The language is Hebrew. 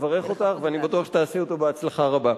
אני מברך אותך ואני בטוח שתעשי אותו בהצלחה רבה.